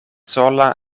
sola